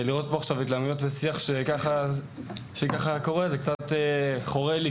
ולראות פה התלהמויות ושיח כזה, זה קצת חורה לי.